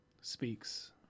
speaks